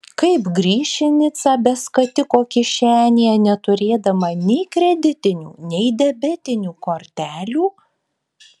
kaip grįš į nicą be skatiko kišenėje neturėdama nei kreditinių nei debetinių kortelių